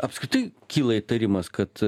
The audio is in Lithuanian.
apskritai kyla įtarimas kad